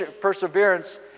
perseverance